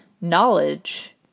knowledge